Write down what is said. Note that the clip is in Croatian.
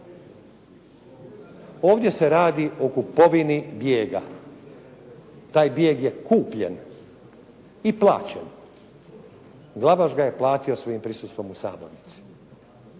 Ovdje se radi o kupovini bijega. Taj bijeg je kupljen i plaćen. Glavaš ga je platio svojim prisustvom u sabornici.